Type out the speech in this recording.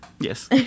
Yes